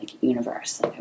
universe